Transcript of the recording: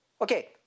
Okay